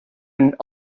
and